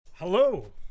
Hello